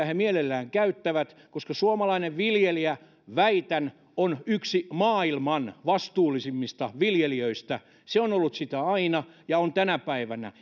he mielellään käyttävät koska suomalainen viljelijä väitän on yksi maailman vastuullisimmista viljelijöistä se on ollut sitä aina ja on tänä päivänä